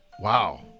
Wow